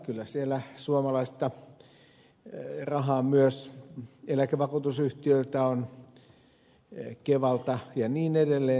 kyllä siellä suomalaista rahaa myös eläkevakuutusyhtiöiltä on kevalta ja niin edelleen